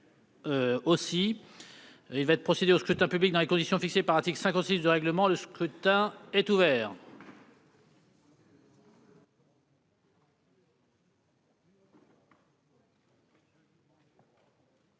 Il va être procédé au scrutin dans les conditions fixées par l'article 56 du règlement. Le scrutin est ouvert.